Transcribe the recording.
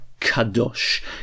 kadosh